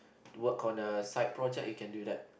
work on a side project you can do that